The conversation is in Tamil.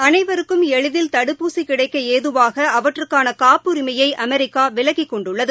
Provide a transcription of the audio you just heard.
அனைவருக்கும் எளிதில் தடுப்பூசி கிடைக்க ஏதுவாக அவற்றுக்கான காப்புரிமையை அமெரிக்கா விலக்கி கொண்டுள்ளது